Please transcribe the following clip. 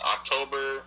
October